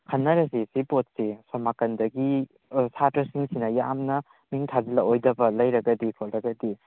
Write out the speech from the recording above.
ꯈꯟꯅꯔꯁꯦ ꯁꯤ ꯄꯣꯠꯁꯦ ꯑꯁꯣꯝ ꯅꯥꯀꯟꯗꯒꯤ ꯁꯥꯇ꯭ꯔꯥꯁꯤꯡꯁꯤꯅ ꯌꯥꯝꯅ ꯃꯤꯡ ꯊꯥꯖꯤꯜ ꯂꯛ ꯑꯣꯏꯗꯕ ꯂꯩꯔꯒꯗꯤ ꯈꯣꯠꯂꯒꯗꯤ